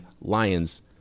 Lions